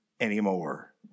anymore